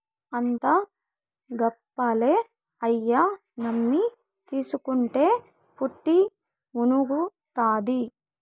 అంతా గప్పాలే, అయ్యి నమ్మి తీస్కుంటే పుట్టి మునుగుతాది